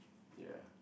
ya